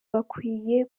bakwiye